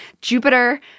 jupiter